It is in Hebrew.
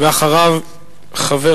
אחריו, חבר